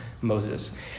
Moses